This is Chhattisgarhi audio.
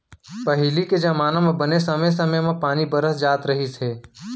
पहिली के जमाना म बने समे समे म पानी बरस जात रहिस हे